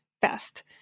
best